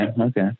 okay